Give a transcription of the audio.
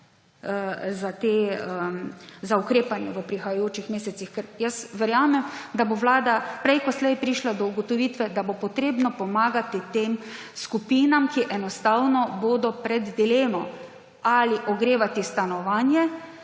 za ukrepanje v prihajajočih mesecih. Ker jaz verjamem, da bo vlada prej ko slej prišla do ugotovitve, da bo treba pomagati tem skupinam, ki enostavno bodo pred dilemo, ali ogrevati stanovanje,